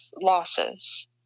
losses